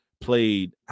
played